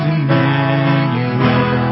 Emmanuel